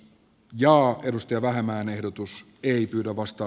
noo edusti vähemmän ehdotus ei pyydä vasta